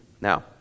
Now